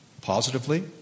positively